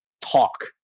talk